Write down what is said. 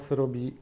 robi